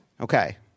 Okay